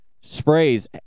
sprays